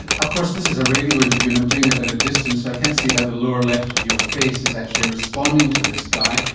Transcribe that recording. and of course this is a radio interview and i'm doing it at a distance so i can't see how the lower left of your face is actually responding to this, guy.